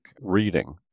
reading